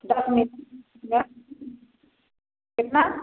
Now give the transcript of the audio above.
दस मिनट कितना